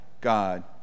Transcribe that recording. God